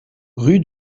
rue